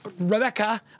Rebecca